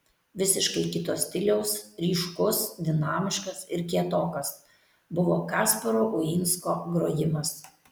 visiškai kito stiliaus ryškus dinamiškas ir kietokas buvo kasparo uinsko grojimas